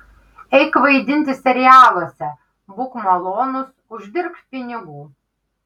eik vaidinti serialuose būk malonus uždirbk pinigų